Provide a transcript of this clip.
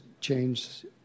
change